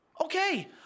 okay